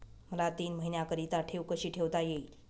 मला तीन महिन्याकरिता ठेव कशी ठेवता येईल?